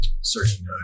certain